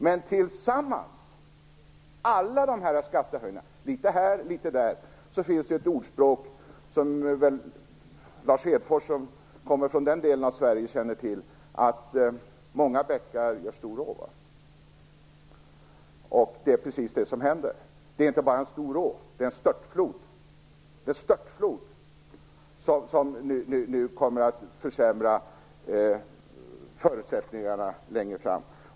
Men alla de här skattehöjningarna tillsammans, litet här och litet där, finns det ett ordspråk för som Lars Hedfors som kommer från den delen av Sverige känner till: Många bäckar små gör en stor å. Det är precis det som händer. Det är inte bara en stor å, det är en störtflod som nu kommer att försämra förutsättningarna längre fram.